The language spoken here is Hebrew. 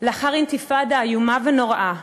לאחר אינתיפאדה איומה ונוראה,